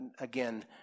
again